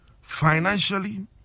financially